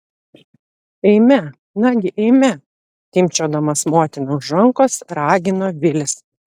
eime nagi eime timpčiodamas motiną už rankos ragino vilis